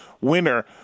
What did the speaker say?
winner